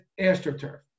AstroTurf